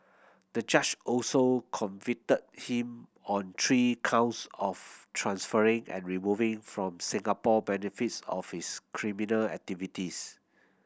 the judge also convicted him on three counts of transferring and removing from Singapore benefits of his criminal activities